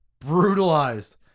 brutalized